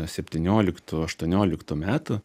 septynioliktų aštuonioliktų metų